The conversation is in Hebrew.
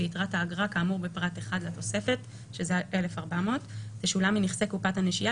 ויתרת האגרה כאמור בפרט (1) לתוספת תשולם מנכסי קופת הנשייה